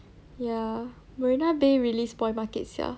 ya marina bay really spoil market sia